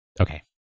Okay